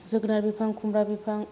जोगोनार बिफां खुमब्रा बिफां